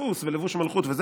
וסוס ולבוש מלכות וזה?